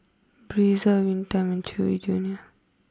Breezer Winter time and Chewy Junior